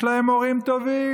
יש להם מורים טובים.